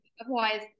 otherwise